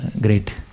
great